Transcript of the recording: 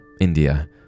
India